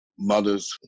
Mothers